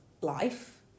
life